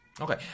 Okay